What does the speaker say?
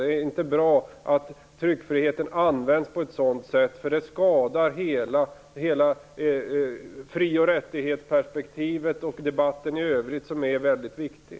Det är inte bra att tryckfriheten används på ett sådant sätt, därför att det skadar hela fri och rättighetsperspektivet och debatten i övrigt, som är väldigt viktig.